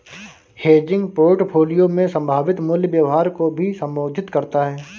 hedging portfolio में संभावित मूल्य व्यवहार को भी संबोधित करता हैं